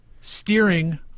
steering